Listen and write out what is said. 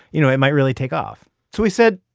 you know, it might really take off so he said,